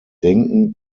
denken